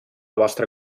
vostra